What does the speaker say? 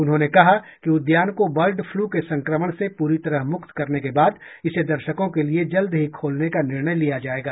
उन्होंने कहा कि उद्यान को बर्ड फ्लू के संक्रमण से पूरी तरह मुक्त करने के बाद इसे दर्शकों के लिए जल्द ही खोलने का निर्णय लिया जाएगा